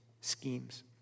schemes